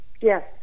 Yes